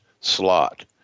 slot